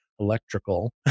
electrical